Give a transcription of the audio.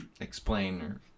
explain